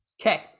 Okay